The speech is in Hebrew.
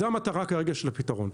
זו המטרה כרגע של הפתרון.